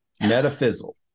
Metaphysical